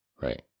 right